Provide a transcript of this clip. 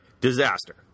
Disaster